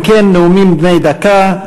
אם כן, נאומים בני דקה.